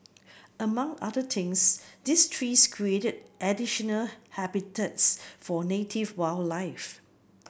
among other things these trees create additional habitats for native wildlife